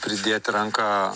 pridėti ranką